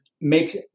makes